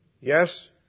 Yes